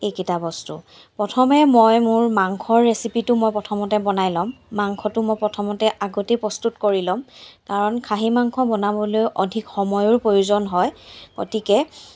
এইকেইটা বস্তু প্ৰথমে মই মোৰ মাংসৰ ৰেচিপিটো মই প্ৰথমতে বনাই ল'ম মাংসটো মই প্ৰথমতে আগতেই প্ৰস্তুত কৰি ল'ম কাৰণ খাহী মাংস বনাবলৈও অধিক সময়ৰ প্ৰয়োজন হয় গতিকে